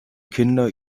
kinder